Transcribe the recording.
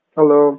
Hello